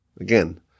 Again